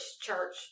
church